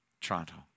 Toronto